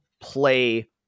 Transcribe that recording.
play